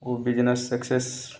उस business success